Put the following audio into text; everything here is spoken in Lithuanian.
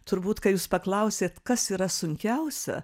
turbūt kai jūs paklausėt kas yra sunkiausia